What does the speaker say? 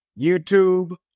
YouTube